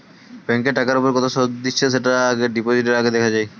bank টাকার উপর কত সুদ দিচ্ছে সেটা ডিপোজিটের আগে দেখা যায়